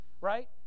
right